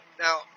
now